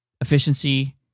efficiency